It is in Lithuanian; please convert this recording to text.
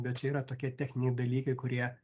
bet čia yra tokie techniniai dalykai kurie